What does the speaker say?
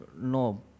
no